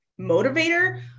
motivator